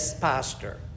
pastor